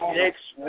next